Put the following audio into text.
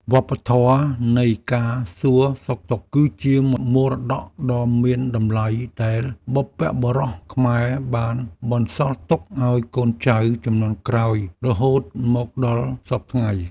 វប្បធម៌នៃការសួរសុខទុក្ខ គឺជាមរតកដ៏មានតម្លៃដែលបុព្វបុរសខ្មែរបានបន្សល់ទុកឱ្យកូនចៅជំនាន់ក្រោយរហូតមកដល់សព្វថ្ងៃ។